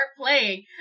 playing